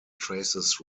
traces